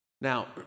Now